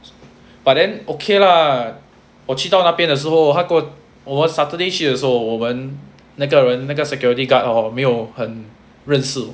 but then okay lah 我去到那边的时候他跟我 oh 我 saturday 去的时候我们那个人那个 security guard oh 没有很认识